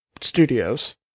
Studios